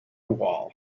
wall